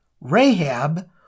Rahab